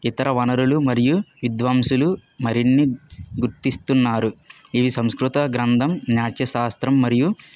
ఇతర వనరులు మరియు విద్వాంసులు మరిన్ని గుర్తిస్తున్నారు ఇవి సంస్కృత గ్రంథం నాట్యశాస్త్రం మరియు